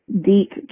deep